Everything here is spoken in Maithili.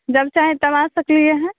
जब चाहे तब आ सकली हँ